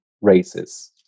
raises